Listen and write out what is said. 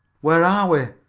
where are we?